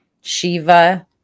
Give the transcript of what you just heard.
Shiva